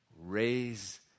raise